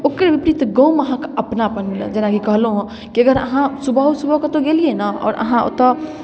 ओकर विपरीत गाममे अहाँके अपनापन मिलत जेनाकि कहलहुँ हेँ कि अगर अहाँ सुबहो सुबह कतहु गेलियै ने आओर अहाँ ओतय